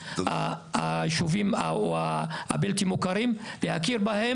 -- הישוב יש לו הכרה ושכונות אין הכרה?